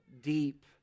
deep